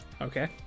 Okay